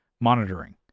monitoring